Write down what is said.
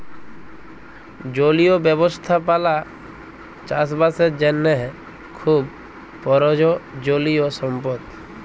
জলীয় ব্যবস্থাপালা চাষ বাসের জ্যনহে খুব পরয়োজলিয় সম্পদ